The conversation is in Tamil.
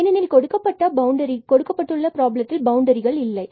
ஏனெனில் கொடுக்கப்பட்ட பவுண்டரிகள் இல்லை